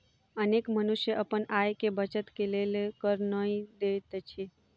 अनेक मनुष्य अपन आय के बचत के लेल कर नै दैत अछि